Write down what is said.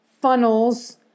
funnels